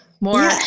More